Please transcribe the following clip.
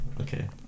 Okay